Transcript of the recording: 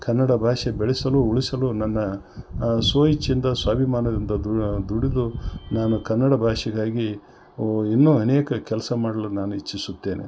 ಕನ್ನಡ ಭಾಷೆ ಬೆಳೆಸಲು ಉಳಿಸಲು ನನ್ನ ಸ್ವ ಇಚ್ಛೆಯಿಂದ ಸ್ವಾಭಿಮಾನದಿಂದ ದುಡಿದು ನಾನು ಕನ್ನಡ ಭಾಷೆಗಾಗಿ ಇನ್ನೂ ಅನೇಕ ಕೆಲಸ ಮಾಡಲು ನಾನು ಇಚ್ಛಿಸುತ್ತೇನೆ